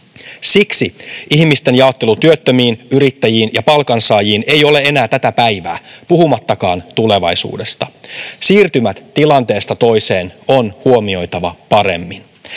Siksi ihmisten jaottelu työttömiin, yrittäjiin ja palkansaajiin ei ole enää tätä päivää, puhumattakaan tulevaisuudesta. Siirtymät tilanteesta toiseen on huomioitava paremmin.